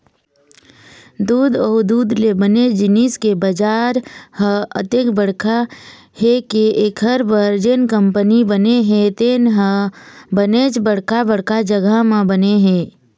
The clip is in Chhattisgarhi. दूद अउ दूद ले बने जिनिस के बजार ह अतेक बड़का हे के एखर बर जेन कंपनी बने हे तेन ह बनेच बड़का बड़का जघा म बने हे